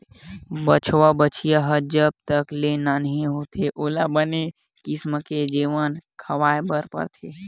बछवा, बछिया ह जब तक ले नान्हे होथे ओला बने किसम के जेवन खवाए बर परथे